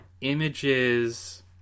images